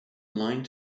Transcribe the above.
line